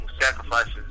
sacrifices